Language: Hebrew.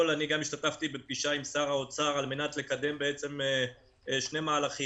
השתתפתי בפגישה עם שר האוצר על מנת לקדם שני מהלכים.